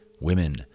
women